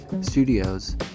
studios